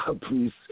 Please